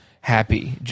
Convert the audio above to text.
happy